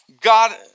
God